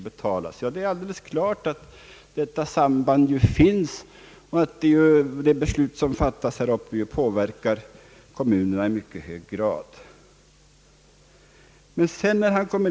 Det är ju alldeles klart att detta samband finns och att de beslut som fattas här i riksdagen påverkar kommunerna i mycket hög grad.